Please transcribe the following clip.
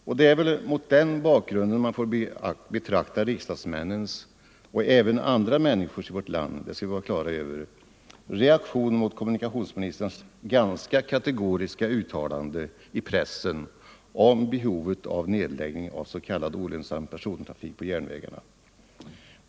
Och det är väl mot den bakgrunden man får betrakta riksdagsmännens, och även andra människors i vårt land — det skall vi vara klara över — reaktion mot kommunikationsministerns ganska kategoriska uttalande i pressen om behovet av nedläggning av s.k. olönsam persontrafik på järnvägarna.